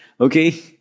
Okay